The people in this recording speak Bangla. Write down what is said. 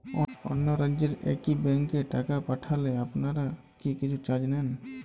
অন্য রাজ্যের একি ব্যাংক এ টাকা পাঠালে আপনারা কী কিছু চার্জ নেন?